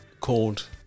called